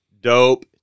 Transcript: dope